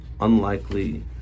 unlikely